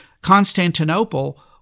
Constantinople